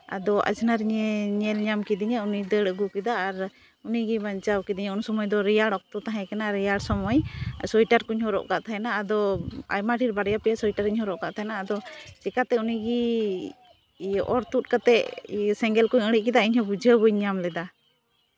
ᱟᱫᱚ ᱟᱡᱷᱱᱟᱨᱤᱧᱮ ᱧᱮᱞ ᱧᱟᱢ ᱠᱤᱫᱤᱧᱟ ᱩᱱᱤ ᱫᱟᱹᱲ ᱟᱹᱜᱩ ᱠᱮᱫᱟ ᱟᱨ ᱩᱱᱤᱜᱮ ᱵᱟᱧᱪᱟᱣ ᱠᱤᱫᱤᱧᱟ ᱩᱱ ᱥᱚᱢᱚᱭ ᱫᱚ ᱨᱮᱭᱟᱜ ᱚᱠᱛᱚ ᱛᱟᱦᱮᱸ ᱠᱟᱱᱟ ᱨᱮᱭᱟᱲ ᱥᱚᱢᱚᱭ ᱥᱳᱭᱮᱴᱟᱨ ᱠᱚᱧ ᱦᱚᱨᱚᱜ ᱠᱟᱜ ᱛᱟᱦᱮᱱᱟ ᱟᱫᱚ ᱟᱭᱢᱟ ᱰᱷᱮᱨ ᱵᱟᱨᱭᱟ ᱯᱮᱭᱟ ᱥᱳᱭᱮᱴᱟᱨᱤᱧ ᱦᱚᱨᱚᱜ ᱟᱠᱟᱜ ᱛᱟᱦᱮᱱᱟ ᱟᱫᱚ ᱪᱤᱠᱟᱹᱛᱮ ᱩᱱᱤᱜᱮ ᱚᱨ ᱛᱩᱫ ᱠᱟᱛᱮᱫ ᱥᱮᱸᱜᱮᱞ ᱠᱚᱭ ᱤᱲᱤᱡ ᱠᱮᱫᱟ ᱤᱧᱦᱚᱸ ᱵᱩᱡᱷᱟᱹᱣ ᱵᱟᱹᱧ ᱧᱟᱢ ᱞᱮᱫᱟ